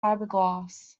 fiberglass